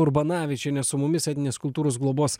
urbanavičienė su mumis etninės kultūros globos